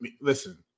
listen